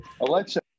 Alexa